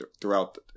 throughout